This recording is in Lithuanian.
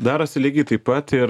darosi lygiai taip pat ir